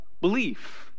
belief